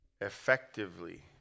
effectively